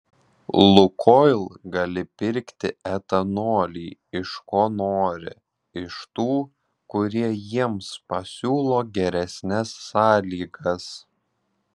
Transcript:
lukoil gali pirkti etanolį iš ko nori iš tų kurie jiems pasiūlo geresnes sąlygas